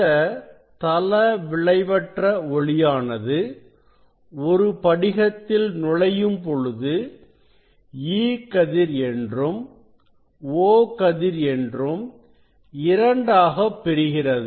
இந்த தளவிளைவற்ற ஒளியானது ஒரு படிகத்தில் நுழையும் பொழுது E கதிர் என்றும் O கதிர் என்றும் இரண்டாகப் பிரிகிறது